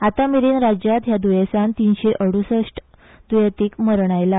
आतामेरेन राज्यात ह्या द्येसान तीनशे अडुसश्ट द्येंतींक मरण आयला